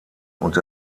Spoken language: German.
und